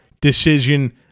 decision